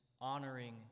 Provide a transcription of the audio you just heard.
honoring